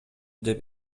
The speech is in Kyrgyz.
деп